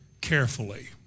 carefully